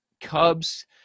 Cubs